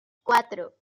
cuatro